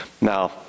Now